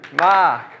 Mark